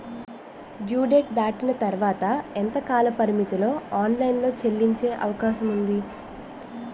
Due date దాటిన తర్వాత ఎంత కాలపరిమితిలో ఆన్ లైన్ లో చెల్లించే అవకాశం వుంది?